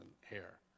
hair